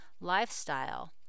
lifestyle